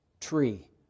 tree